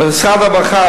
משרד הרווחה,